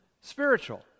spiritual